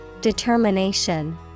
Determination